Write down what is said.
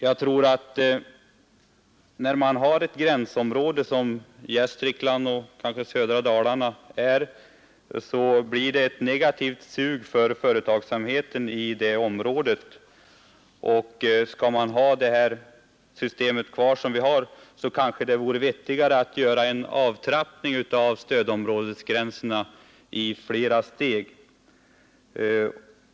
I ett sådant gränsområde som Gästrikland och kanske södra Dalarna utgör tror jag det blir ett negativt sug på företagsamheten i gränsområdet. Skall vi behålla det nuvarande systemet, vore det kanske vettigare att göra en avtrappning av stödområdesgränserna i flera steg.